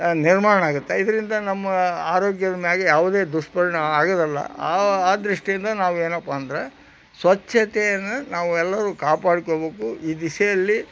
ನಿರ್ಮಾಣ ಆಗುತ್ತೆ ಇದರಿಂದ ನಮ್ಮ ಆರೋಗ್ಯದ ಮ್ಯಾಲೆ ಯಾವುದೇ ದುಷ್ಪರಿಣಾಮ ಆಗೋದಿಲ್ಲ ಆ ಆ ದೃಷ್ಟಿಯಿಂದ ನಾವು ಏನಪ್ಪ ಅಂದ್ರೆ ಸ್ವಚ್ಛತೆಯನ್ನು ನಾವೆಲ್ಲರೂ ಕಾಪಾಡ್ಕೊಬೇಕು ಈ ದಿಸೆಯಲ್ಲಿ